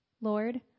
Lord